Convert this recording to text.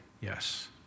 Yes